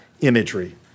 imagery